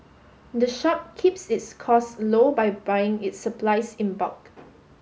the shop keeps its costs low by buying its supplies in bulk